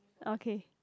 okay